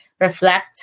reflect